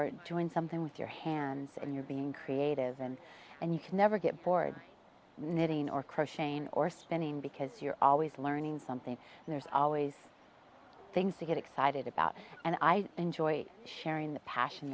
you're doing something with your hands and you're being creative and and you can never get bored knitting or crocheting or spinning because you're always learning something and there's always things to get excited about and i enjoy sharing the passion